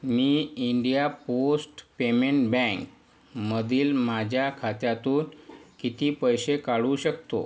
मी India post payment बँकमधील माझ्या खात्यातून किती पैसे काढू शकतो